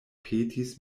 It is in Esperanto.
petis